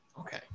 Okay